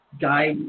guide